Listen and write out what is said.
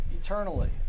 eternally